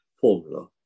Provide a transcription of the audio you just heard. formula